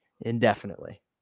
Indefinitely